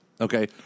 Okay